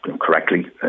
correctly